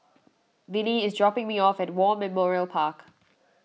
Vinnie is dropping me off at War Memorial Park